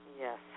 Yes